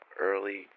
early